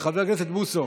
חבר הכנסת בוסו,